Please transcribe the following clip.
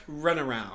Runaround